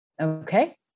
Okay